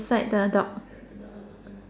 side the dog